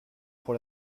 pour